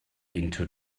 into